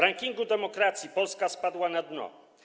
W rankingu demokracji Polska spadła na dno.